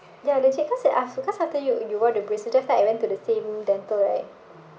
ya legit cause there are because after you you wore the braces then after that I went to the same dental right